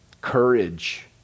courage